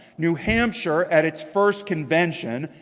new hampshire, at its first convention,